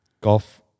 Golf